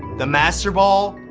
the master ball.